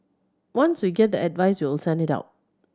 once we get the advice we'll send it out